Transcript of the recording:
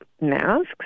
masks